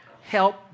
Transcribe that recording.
help